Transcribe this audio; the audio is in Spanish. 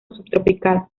subtropical